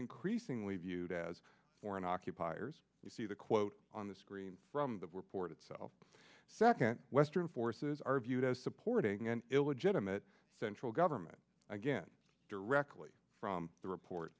increasingly viewed as foreign occupiers you see the quote on the screen from the report itself second western forces are viewed as supporting an illegitimate central government again directly from the report